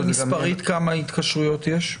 אבל מספרית כמה התקשרויות יש?